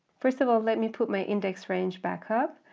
first of all let me put my index range back up,